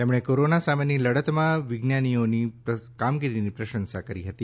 તેમણે કોરોના સામેની લડતમાં વિજ્ઞાનીઓની કામગીરીની પ્રશંસા કરી હતી